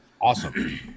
awesome